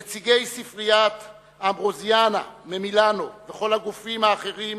נציגי ספריית "אמברוזיאנה" ממילאנו וכל הגופים האחרים